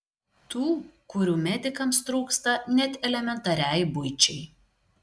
tų kurių medikams trūksta net elementariai buičiai